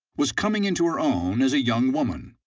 was coming into her own as a young woman.